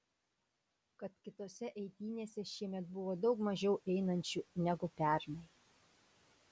kad kitose eitynėse šiemet buvo daug mažiau einančių negu pernai